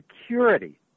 security